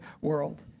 world